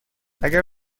اگر